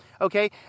Okay